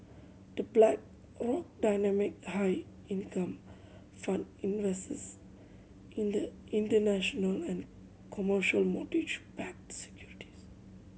The Blackrock Dynamic High Income Fund invests in the international and commercial mortgage backed securities